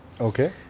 Okay